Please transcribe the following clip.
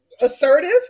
assertive